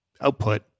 output